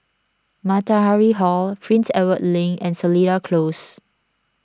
Matahari Hall Prince Edward Link and Seletar Close